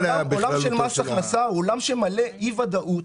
העולם של מס הכנסה הוא עולם שמלא אי ודאות.